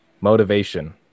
Motivation